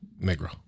Negro